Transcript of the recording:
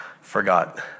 Forgot